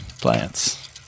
Plants